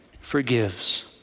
forgives